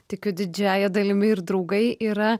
tikiu didžiąja dalimi ir draugai yra